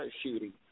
shooting